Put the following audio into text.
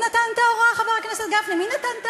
חבר הכנסת גפני, מי שאיבדה